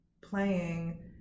playing